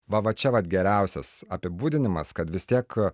va va čia vat geriausias apibūdinimas kad vis tiek